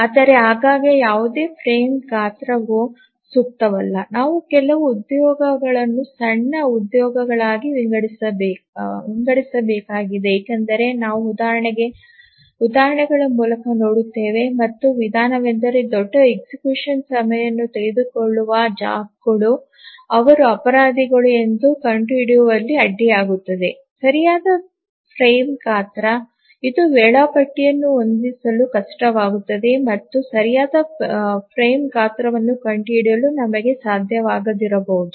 ಆದರೆ ಆಗಾಗ್ಗೆ ಯಾವುದೇ ಫ್ರೇಮ್ ಗಾತ್ರವು ಸೂಕ್ತವಲ್ಲ ನಾವು ಕೆಲವು ಉದ್ಯೋಗಗಳನ್ನು ಸಣ್ಣ ಉದ್ಯೋಗಗಳಾಗಿ ವಿಂಗಡಿಸಬೇಕಾಗಿದೆ ಏಕೆಂದರೆ ನಾವು ಉದಾಹರಣೆಗಳ ಮೂಲಕ ನೋಡುತ್ತೇವೆ ಮತ್ತು ವಿಧಾನವೆಂದರೆ ದೊಡ್ಡ execution ಸಮಯವನ್ನು ತೆಗೆದುಕೊಳ್ಳುವ ಉದ್ಯೋಗಗಳು ಅವರು ಅಪರಾಧಿಗಳು ಎಂದು ಕಂಡುಹಿಡಿಯುವಲ್ಲಿ ಅಡ್ಡಿಯಾಗುತ್ತದೆ ಸರಿಯಾದ ಫ್ರೇಮ್ ಗಾತ್ರ ಇವು ವೇಳಾಪಟ್ಟಿಯನ್ನು ಹೊಂದಿಸಲು ಕಷ್ಟವಾಗುತ್ತವೆ ಮತ್ತು ಸರಿಯಾದ ಫ್ರೇಮ್ ಗಾತ್ರವನ್ನು ಕಂಡುಹಿಡಿಯಲು ನಮಗೆ ಸಾಧ್ಯವಾಗದಿರಬಹುದು